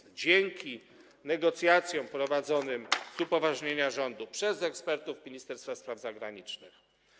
To dzięki negocjacjom prowadzonym z upoważnienia rządu przez ekspertów Ministerstwa Spraw Zagranicznych.